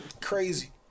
crazy